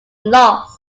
loss